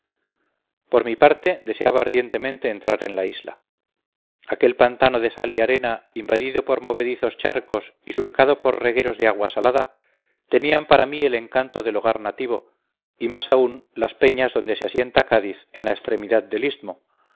por mi parte deseaba ardientemente entrar en la isla aquel pantano de sal y arena invadido por movedizos charcos y surcado por regueros de agua salada tenían para mí el encanto del hogar nativo y más aún las peñas donde se asienta cádiz en la extremidad del istmo